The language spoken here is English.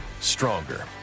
stronger